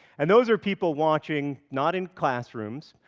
and those are people watching not in classrooms,